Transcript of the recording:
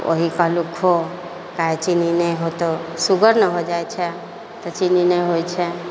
ओही कहलहुँ खो काहे चीनी नहि होतौ शुगर न हो जाइ छै तऽ चीनी नहि होइ छै